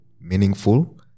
meaningful